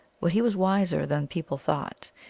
but he was wiser than people thought.